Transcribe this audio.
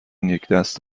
یکدست